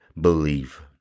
believe